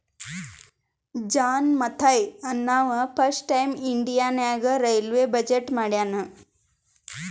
John Mathai ಅಂನವಾ first time India ನಾಗ್ railway budget ಮಾಡ್ಯಾನ್